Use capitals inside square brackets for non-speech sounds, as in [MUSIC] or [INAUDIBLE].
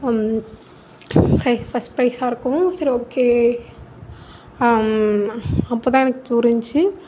[UNINTELLIGIBLE] first ப்ரைஸாக இருக்கவும் சரி ஓகே அப்போதான் எனக்கு புரிஞ்சிச்சி